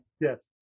yes